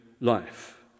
life